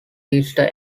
easter